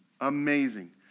Amazing